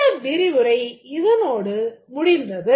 இந்த விரிவுரை இதனோடு முடிந்தது